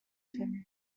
him